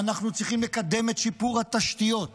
אנחנו צריכים לקדם את שיפור התשתיות.